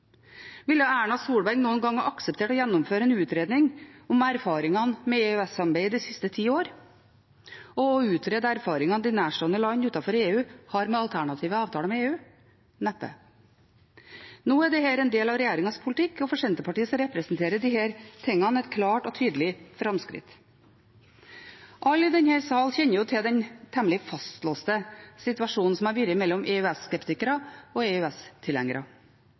Ville Erna Solberg noen gang ha akseptert å gjennomføre en utredning om erfaringene med EØS-samarbeidet de siste ti år, og å utrede erfaringene de nærstående land utenfor EU har med alternative avtaler med EU? Neppe. Nå er dette en del av regjeringens politikk, og for Senterpartiet representerer disse tingene et klart og tydelig framskritt. Alle i denne sal kjenner til den temmelig fastlåste situasjonen som har vært mellom EØS-skeptikere og